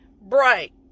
bright